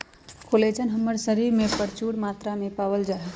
collagen हमर शरीर में परचून मात्रा में पावल जा हई